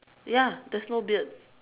ya there's no beard